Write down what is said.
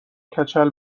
کچل